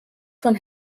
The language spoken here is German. von